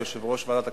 יושב-ראש ועדת הכספים,